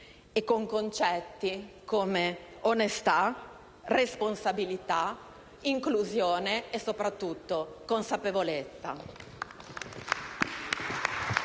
e con concetti come onestà, responsabilità, inclusione e, soprattutto, consapevolezza.